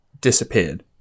disappeared